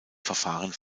verfahren